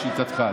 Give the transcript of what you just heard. לשיטתכם.